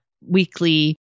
weekly